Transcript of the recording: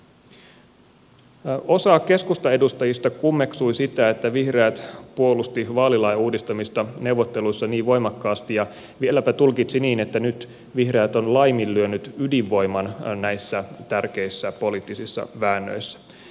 osa keskustan edustajista kummeksui sitä että vihreät puolusti vaalilain uudistamista neuvotteluissa niin voimakkaasti ja vieläpä tulkitsi niin että nyt vihreät on laiminlyönyt ydinvoiman näissä tärkeissä poliittisissa väännöissä